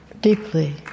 Deeply